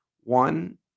One